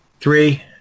Three